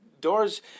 doors